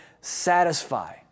satisfy